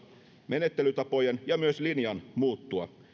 menettelytapojen ja myös linjan muuttua